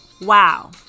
Wow